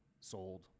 sold